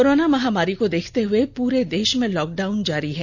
corona महामारी को देखते हुए पूरे देष में लॉकडाउन जारी है